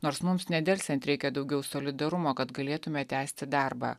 nors mums nedelsiant reikia daugiau solidarumo kad galėtume tęsti darbą